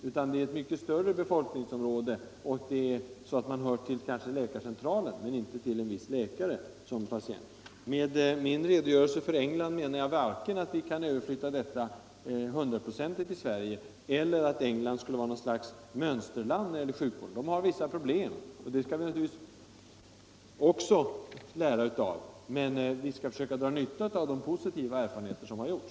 Befolkningsområdet är mycket större och man hör kanske som patient till läkarcentralen, men inte till en viss läkare. Med min redogörelse från England menade jag varken att vi kan överflytta detta system hundraprocentigt till Sverige eller att England skulle vara något slags mönsterland när det gäller sjukvård. Man har vissa problem och dem skall vi naturligtvis också lära av, och vi skall framför allt försöka dra nytta av de positiva erfarenheter som gjorts.